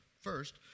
first